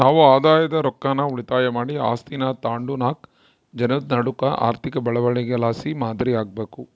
ನಾವು ಆದಾಯದ ರೊಕ್ಕಾನ ಉಳಿತಾಯ ಮಾಡಿ ಆಸ್ತೀನಾ ತಾಂಡುನಾಕ್ ಜನುದ್ ನಡೂಕ ಆರ್ಥಿಕ ಬೆಳವಣಿಗೆಲಾಸಿ ಮಾದರಿ ಆಗ್ಬಕು